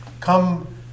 come